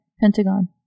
Pentagon